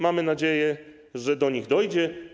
Mamy nadzieję, że do nich dojdzie.